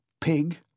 Pig